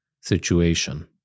situation